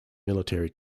military